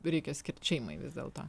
reikia skirt šeimai vis dėlto